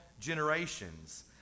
generations